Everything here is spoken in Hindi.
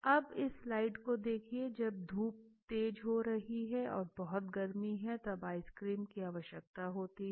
अब इस स्लाइड को देखिये जब धूप तेज हो रही है और बहुत गर्मी है तब आइसक्रीम की आवश्यकता होती है